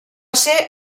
ser